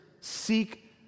seek